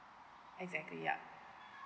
exactly yeah